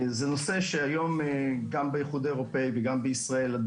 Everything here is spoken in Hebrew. זה נושא שהיום גם באיחוד האירופי וגם בישראל אנחנו